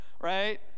right